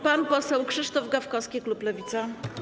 Pan poseł Krzysztof Gawkowski, klub Lewica.